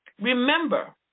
Remember